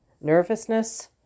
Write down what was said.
nervousness